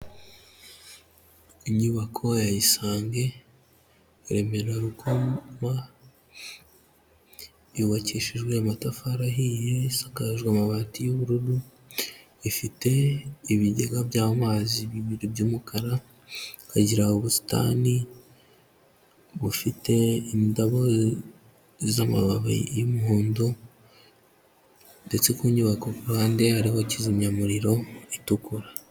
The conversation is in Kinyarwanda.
Inyubako ya Isange Remera Rukoma, yubakishijwe amatafari ahiye isakajwe amabati y'ubururu, ifite ibigega by'amazi bibiri by'umukara, ikagira ubusitani bufite indabo z'amababi y'umuhondo ndetse ku nyubako ku ruhande hariho kizimya muriro utukura.